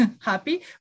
happy